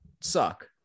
suck